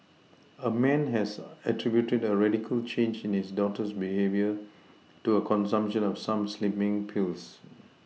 a man has attributed a radical change in his daughter's behaviour to her consumption of some slimming pills